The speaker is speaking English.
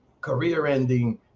career-ending